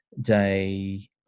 day